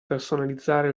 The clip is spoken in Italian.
personalizzare